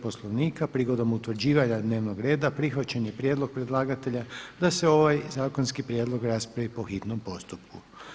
Poslovnika prigodom utvrđivanja dnevnog reda prihvaćen je prijedlog predlagatelja da se ovaj zakonski prijedlog raspravi po hitnom postupku.